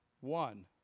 One